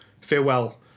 Farewell